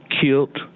killed